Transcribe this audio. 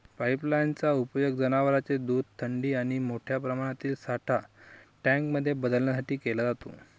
pipeline चा उपयोग जनवरांचे दूध थंडी आणि मोठ्या प्रमाणातील साठा टँक मध्ये बदलण्यासाठी केला जातो